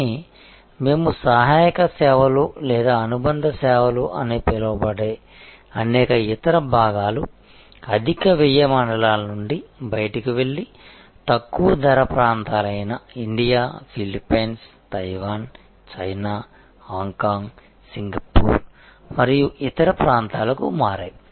కానీ మేము సహాయక సేవలు లేదా అనుబంధ సేవలు అని పిలవబడే అనేక ఇతర భాగాలు అధిక వ్యయ మండలాల నుండి బయటకు వెళ్లి తక్కువ ధర ప్రాంతాలైన India Philippines Taiwan China Hong Kong Singapore మరియు ఇతర ప్రాంతాలకు మారాయి